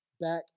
back